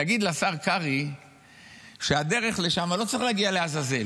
תגיד לשר קרעי שבדרך לשם לא צריך להגיע לעזאזל,